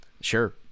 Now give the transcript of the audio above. Sure